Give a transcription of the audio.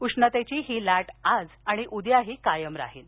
उष्णतेची ही लाट आज आणि उद्याही कायम राहील